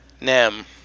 Nem